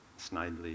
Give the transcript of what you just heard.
snidely